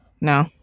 No